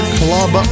club